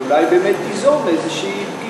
אבל אולי באמת תיזום פגישה,